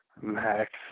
Max